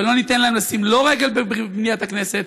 ולא ניתן להם לשים רגל במליאת הכנסת,